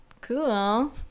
Cool